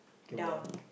came down